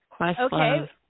Okay